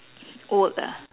work ah